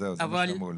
אז זה מה שאמרו לי.